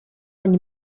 ogni